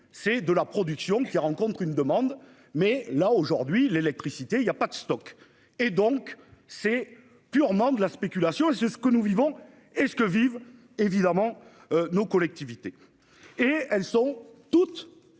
C'est de la production qui rencontre une demande mais là aujourd'hui l'électricité il y a pas de stock et donc, c'est purement de la spéculation et c'est ce que nous vivons et ce que vivent évidemment nos collectivités. Et elles sont toutes,